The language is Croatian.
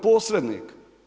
Posrednik.